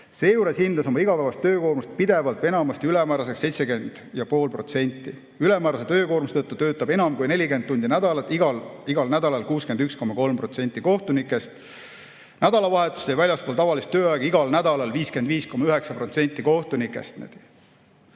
Seejuures hindas oma igapäevast töökoormust pidevalt või enamasti ülemääraseks 70,5%. Ülemäärase töökoormuse tõttu töötab enam kui 40 tundi nädalas igal nädalal 61,3% kohtunikest, nädalavahetustel ja väljaspool tavalist tööaega igal nädalal 55,9% kohtunikest.